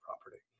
property